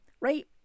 right